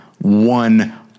one